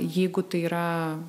jeigu tai yra